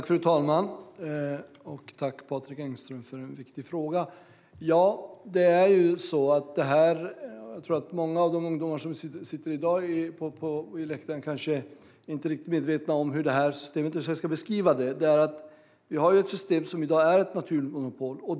Fru talman! Jag tackar Patrik Engström för en viktig fråga. Jag tror att många av de ungdomar som sitter på läktaren inte riktigt är medvetna om hur systemet ser ut, så jag ska beskriva det. Vi har i dag ett system som är ett naturligt monopol.